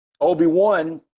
Obi-Wan